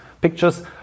pictures